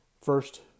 First